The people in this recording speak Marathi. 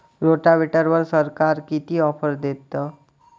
रोटावेटरवर सरकार किती ऑफर देतं?